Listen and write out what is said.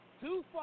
Two